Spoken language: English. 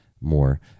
more